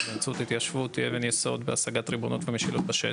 באמצעות התיישבות היא אבן יסוד בהשגת ריבונות ומשילות בשטח.